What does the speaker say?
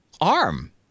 arm